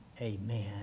amen